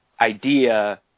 idea